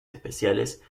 especiales